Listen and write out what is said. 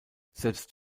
selbst